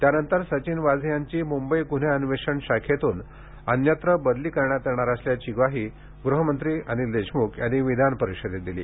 त्यानंतर सचिन वाझे यांची मुंबई गुन्हे अन्वेषण शाखेतून अन्यत्र बदली करण्यात येणार असल्याची ग्वाही गृहमंत्री अनिल देशमुख यांनी विधान परिषदेत दिली